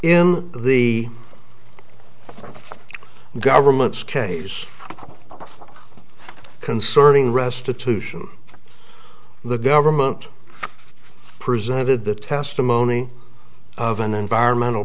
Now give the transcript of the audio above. in the government's case concerning restitution the government presented the testimony of an environmental